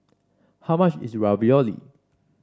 how much is Ravioli